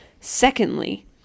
Secondly